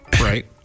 Right